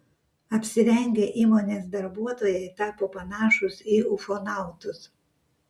apsirengę įmonės darbuotojai tapo panašūs į ufonautus